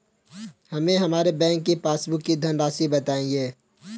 हमें हमारे बैंक की पासबुक की धन राशि बताइए